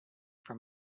for